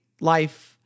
life